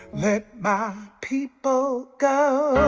ah people go